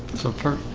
so first,